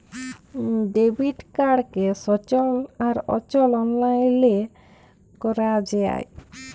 debit কাড়কে সচল আর অচল অললাইলে ক্যরা যায়